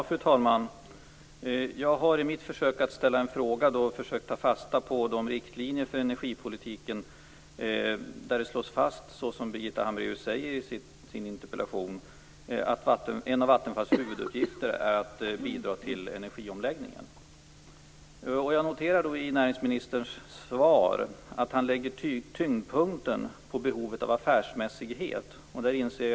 Fru talman! Jag har i mitt försök att ställa en fråga försökt ta fasta på de riktlinjer för energipolitiken där det slås fast, som Birgitta Hambraeus säger i sin interpellation, att en av Vattenfalls huvuduppgifter är att bidra till energiomläggningen. Jag noterade i näringsministerns svar att han lägger tyngdpunkten på behovet av affärsmässighet.